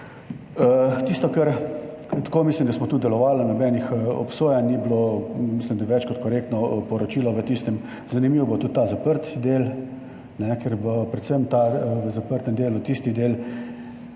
korist. Tako mislim, da smo tu delovali, nobenih obsojanj ni bilo, mislim, da je več kot korektno poročilo v tistem. Zanimiv bo tudi ta zaprti del, ker bo predvsem v zaprtem delu tisti del,